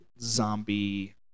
zombie